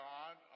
God